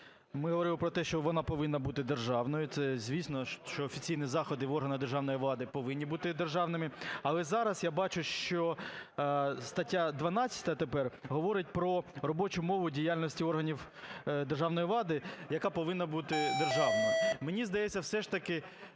ми говорили про те, що вона повинна бути державною, це звісно, що офіційні заходи в органах державної влади повинні бути державними. Але зараз я бачу, що стаття 12 тепер говорить про робочу мову діяльності органів державної влади, яка повинна бути державною. Мені здається, все ж таки